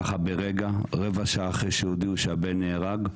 ככה ברגע, רבע שעה אחרי שהודיעו שהבן נהרג,